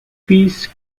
peace